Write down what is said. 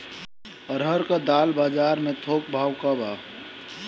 अरहर क दाल बजार में थोक भाव का बा?